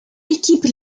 équipe